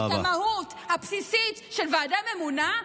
את המהות הבסיסית של ועדה ממונה,